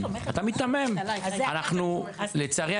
לצערי,